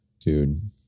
Dude